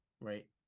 right